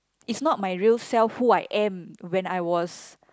it's not my real self who I am when I was